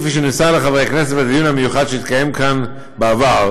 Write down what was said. כפי שנמסר לחברי הכנסת בדיון המיוחד שהתקיים כאן בעבר,